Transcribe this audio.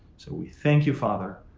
so we thank you, father,